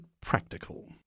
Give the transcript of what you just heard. practical